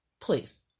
please